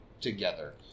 together